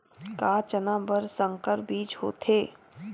का चना बर संकर बीज होथे?